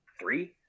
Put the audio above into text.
Three